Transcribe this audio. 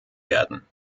werden